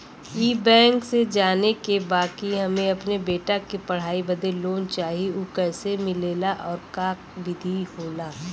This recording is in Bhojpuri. ई बैंक से जाने के बा की हमे अपने बेटा के पढ़ाई बदे लोन चाही ऊ कैसे मिलेला और का विधि होला?